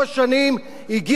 הגיע הזמן לשינוי,